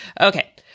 Okay